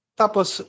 tapos